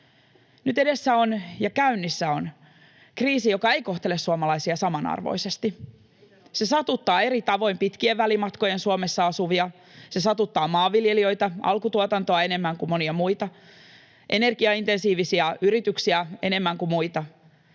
Nyt edessä ja käynnissä on kriisi, joka ei kohtele suomalaisia samanarvoisesti. Se satuttaa eri tavoin pitkien välimatkojen Suomessa asuvia. Se satuttaa maanviljelijöitä, alkutuotantoa enemmän kuin monia muita, energiaintensiivisiä yrityksiä enemmän kuin muita,